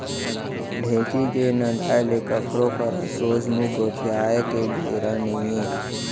ढेंकी के नंदाय ले काकरो करा सोझ मुंह गोठियाय के बेरा नइये